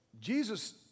Jesus